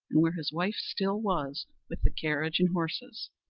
and where his wife still was with the carriage and horses.